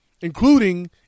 including